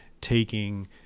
taking